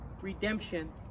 redemption